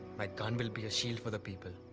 my gun will be a shield for the people.